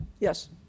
Yes